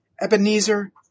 Ebenezer